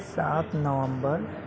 سات نومبر